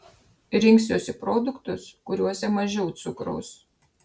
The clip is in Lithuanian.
rinksiuosi produktus kuriuose mažiau cukraus